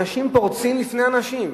אנשים פורצים לפני אנשים.